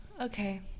okay